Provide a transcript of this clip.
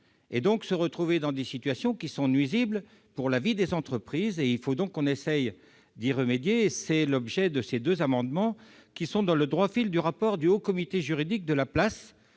On se retrouve ainsi dans des situations qui sont nuisibles à la vie des entreprises. Il faut donc essayer d'y remédier : tel est l'objet de ces amendements, qui sont dans le droit fil du rapport du Haut Comité juridique de la place